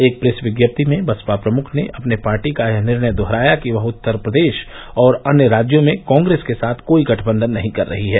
एक प्रेस विज्ञप्ति में बसपा प्रमुख ने अपनी पार्टी का यह निर्णय दोहराया कि वह उत्तर प्रदेश और अन्य राज्यों में कांग्रेस के साथ कोई गठबंधन नहीं कर रही है